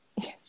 Yes